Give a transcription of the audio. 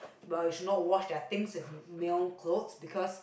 but we should not wash their things in male clothes because